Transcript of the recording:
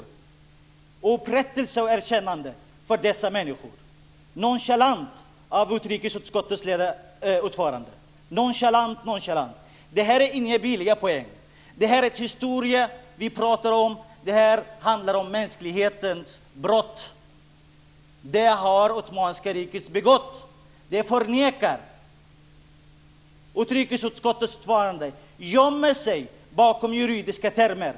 De ska ha upprättelse och erkännande. Det är nonchalant av utrikesutskottets ordförande. Det här handlar inte om några billiga poäng. Vi pratar om historien. Det handlar om mänsklighetens brott som det ottomanska riket har begått. Utrikesutskottets ordförande förnekar det. Han gömmer sig bakom juridiska termer.